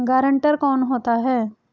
Guarantor कौन होता है?